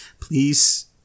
Please